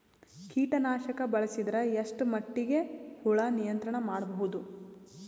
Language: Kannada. ಕೀಟನಾಶಕ ಬಳಸಿದರ ಎಷ್ಟ ಮಟ್ಟಿಗೆ ಹುಳ ನಿಯಂತ್ರಣ ಮಾಡಬಹುದು?